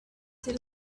did